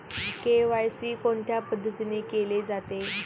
KYC कोणत्या पद्धतीने केले जाते?